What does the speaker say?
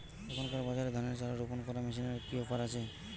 এখনকার বাজারে ধানের চারা রোপন করা মেশিনের কি অফার আছে?